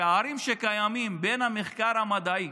הפערים בין המחקר המדעי